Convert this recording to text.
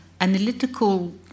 analytical